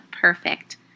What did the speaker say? perfect